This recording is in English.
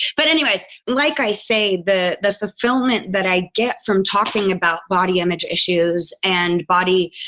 but anyways, like i say, the the fulfillment that i get from talking about body image issues and body